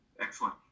excellent